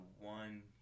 one